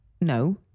No